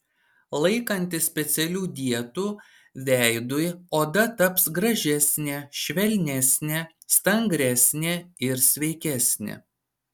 laikantis specialių dietų veidui oda taps gražesnė švelnesnė stangresnė ir sveikesnė